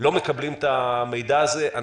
לא מקבלים את המידע הזה.